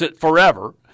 forever